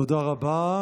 תודה רבה.